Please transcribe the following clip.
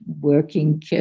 working